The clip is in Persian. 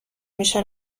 میشه